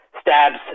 stabs